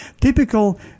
Typical